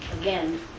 again